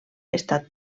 està